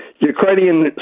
Ukrainian